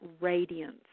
radiance